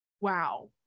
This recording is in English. Wow